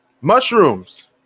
Mushrooms